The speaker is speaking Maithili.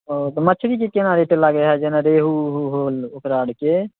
ओ तऽ मछरीके केना रेट लागै हय जेना रेहु उहु होल ओकरा आरके